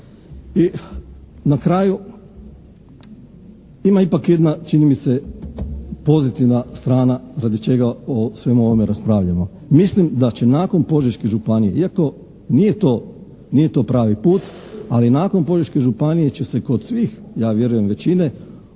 I na kraju, ima ipak jedna čini mi se pozitivna strana radi čega o svemu ovome raspravljamo. Mislim da će nakon Požeške županije, iako nije to pravi put, ali nakon Požeške županije će se kod svih ja vjerujem većine